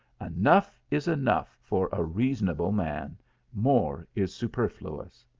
enough is enough for a reasonable man more is superfluous.